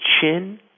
chin